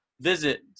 visit